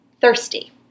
thirsty